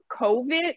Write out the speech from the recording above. COVID